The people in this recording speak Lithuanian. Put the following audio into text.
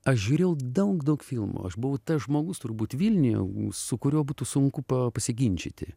aš žiūrėjau daug daug filmų aš buvau tas žmogus turbūt vilniuje su kuriuo būtų sunku pa pasiginčyti